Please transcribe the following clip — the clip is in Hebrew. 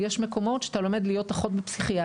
יש מקומות שאתה לומד להיות אחות בפסיכיאטריה,